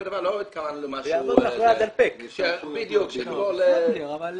מישהו בא והוא מחזיר באותו